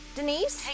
Denise